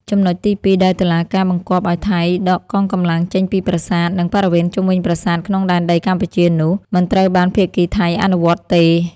ចំណុចទី២ ដែលតុលាការបង្គាប់ឱ្យថៃដកកងកម្លាំងចេញពីប្រាសាទ និងបរិវេណជុំវិញប្រាសាទក្នុងដែនដីកម្ពុជានោះ មិនត្រូវបានភាគីថៃអនុវត្តទេ។